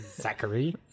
Zachary